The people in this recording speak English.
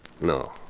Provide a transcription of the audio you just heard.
No